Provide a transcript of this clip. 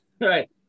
Right